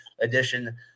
edition